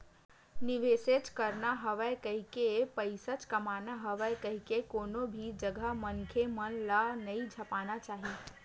निवेसेच करना हवय कहिके, पइसाच कमाना हवय कहिके कोनो भी जघा मनखे मन ल नइ झपा जाना चाही